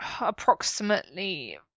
approximately